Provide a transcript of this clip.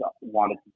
wanted